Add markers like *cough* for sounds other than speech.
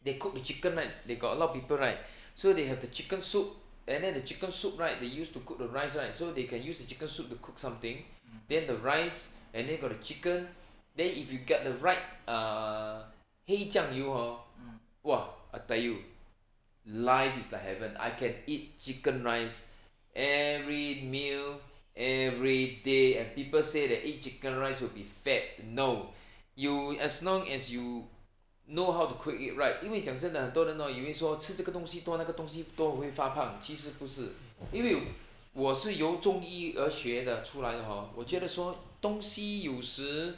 they cook the chicken they got a lot of people right *breath* so they have the chicken soup and then the chicken soup right they use to cook the rice right so they can use the chicken soup the cook something then the rice and then got the chicken then if you got the right err 黑酱油 hor !wah! I tell you life is like heaven I can eat chicken rice every meal every day and people say that eat chicken rice will be fat no *breath* you as long as you know how to cook it right 因为讲真的很多人 hor 以为说吃这个东西多那个东西多会发胖其实不是因为我是由中医而学的出来的 hor 我觉得说东西有时